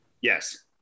Yes